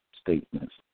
statements